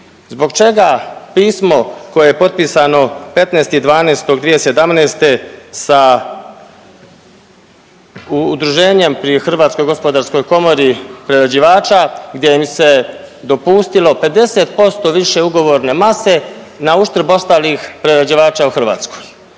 zbog čega pismo koje je potpisano 15.12.2017. sa udruženjem pri Hrvatskoj gospodarskoj komori prerađivača gdje im se dopustilo 50% više ugovorne mase nauštrb ostalih prerađivača u Hrvatskoj.